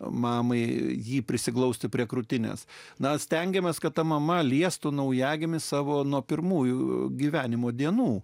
mamai jį prisiglausti prie krūtinės na stengiamės kad ta mama liestų naujagimį savo nuo pirmųjų gyvenimo dienų